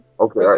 Okay